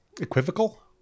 equivocal